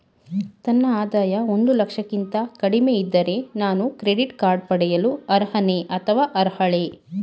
ನನ್ನ ಆದಾಯ ಒಂದು ಲಕ್ಷಕ್ಕಿಂತ ಕಡಿಮೆ ಇದ್ದರೆ ನಾನು ಕ್ರೆಡಿಟ್ ಕಾರ್ಡ್ ಪಡೆಯಲು ಅರ್ಹನೇ ಅಥವಾ ಅರ್ಹಳೆ?